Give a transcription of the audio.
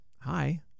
hi